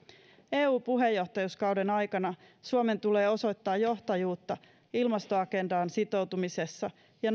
eu puheenjohtajuuskauden aikana suomen tulee osoittaa johtajuutta ilmastoagendaan sitoutumisessa ja